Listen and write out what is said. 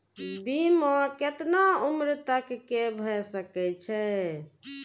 बीमा केतना उम्र तक के भे सके छै?